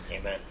Amen